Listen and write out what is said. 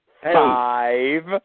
Five